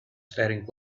staring